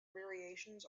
variations